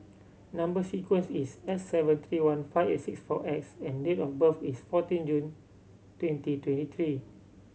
number sequence is S seven three one five eight six four X and date of birth is fourteen June twenty twenty three